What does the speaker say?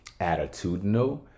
attitudinal